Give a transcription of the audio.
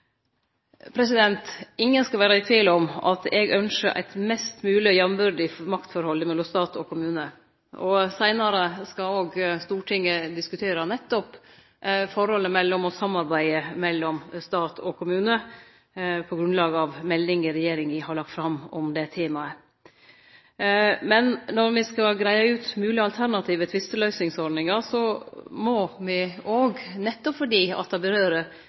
Ingen skal vere i tvil om at eg ynskjer eit mest mogleg jambyrdig maktforhold mellom stat og kommune. Seinare skal Stortinget diskutere nettopp forholdet mellom og samarbeidet mellom stat og kommune på grunnlag av meldinga regjeringa har lagt fram om det temaet. Men når me skal greie ut moglege alternative tvisteløysingsordningar, må me òg, nettopp fordi det rører ved fleire rettsområde, utvikle eit godt kunnskapsgrunnlag og vere trygge på at